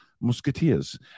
musketeers